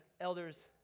elders